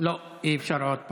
לא, אי-אפשר עוד פעם.